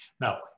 Now